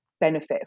benefit